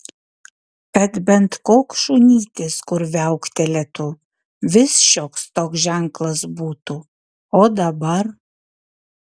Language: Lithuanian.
kad bent koks šunytis kur viauktelėtų vis šioks toks ženklas būtų o dabar